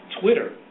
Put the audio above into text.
Twitter